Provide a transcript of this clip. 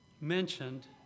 mentioned